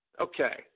Okay